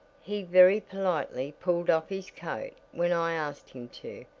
he very politely pulled off his coat when i asked him to,